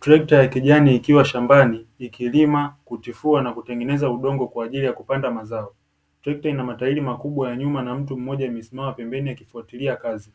Trekta la kijani likiwa shambani, likilima, kutifua na kutengeneza udongo kwa ajili ya kupanda mazao, trekta lina matairi makubwa ya nyuma na mtu mmoja amesimama pembeni akifuatila kazi,